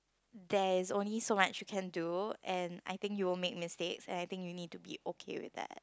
there is only so much you can do and I think you will make mistakes and I think you need to be okay with that